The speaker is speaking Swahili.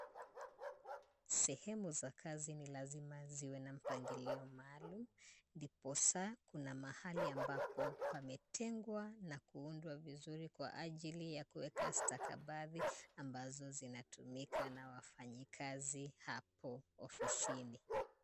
Sehemu za kazi ni lazima ziwe na mpangilio maalum, ndiposa kuna mahali ambapo pametengwa na kuundwa vizuri kwa ajili ya kuweka stakabadhi ambazo zinatumika na wafanyakazi hapo ofisini.